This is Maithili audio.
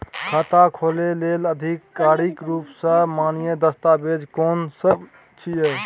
खाता खोले लेल आधिकारिक रूप स मान्य दस्तावेज कोन सब छिए?